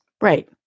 Right